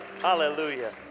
Hallelujah